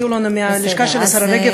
הודיעו לנו מהלשכה של השרה רגב,